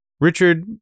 Richard